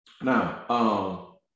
Now